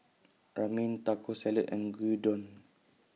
Ramen Taco Salad and Gyudon